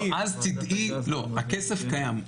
הכסף קיים.